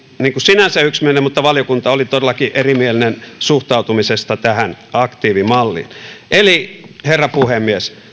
sinänsä yksimielinen mutta valiokunta oli todellakin erimielinen suhtautumisesta tähän aktiivimalliin eli herra puhemies